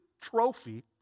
trophy